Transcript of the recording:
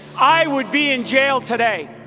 i would be in jail today